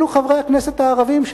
אלה חברי הכנסת הערבים,